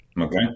Okay